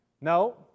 No